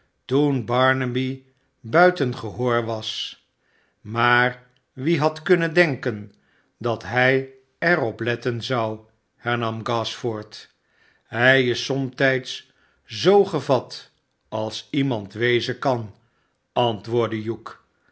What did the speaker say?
toen barnaby buiten gehoor was maar wie had kunnen den ken tlat hij erop letten zou hernam gashford hij is somtijdszoo gevat als iemand wezen kan antwoordde hugh